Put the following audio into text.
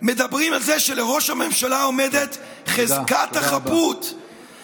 מדברים על זה שלראש הממשלה עומדת חזקת החפות,